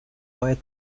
poet